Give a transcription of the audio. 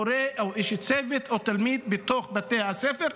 מורה או איש צוות או תלמיד בתוך בתי הספר.